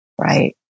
Right